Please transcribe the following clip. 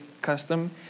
custom